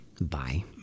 Bye